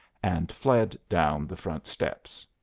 and fled down the front steps.